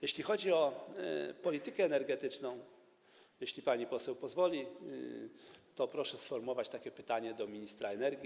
Jeśli chodzi o politykę energetyczną, to - jeśli pani poseł pozwoli - proszę sformułować takie pytanie do ministra energii.